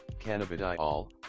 cannabidiol